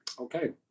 Okay